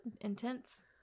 intense